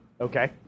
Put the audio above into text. Okay